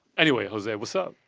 anyway, jose, what's up?